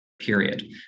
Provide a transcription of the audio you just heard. period